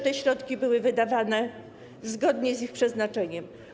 Te środki zawsze były wydawane zgodnie z ich przeznaczeniem.